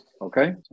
Okay